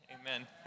Amen